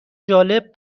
جالب